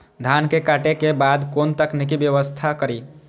धान के काटे के बाद कोन तकनीकी व्यवस्था करी?